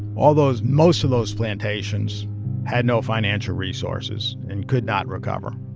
all those most of those plantations had no financial resources and could not recover.